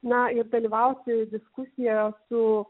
na ir dalyvauti diskusijoje su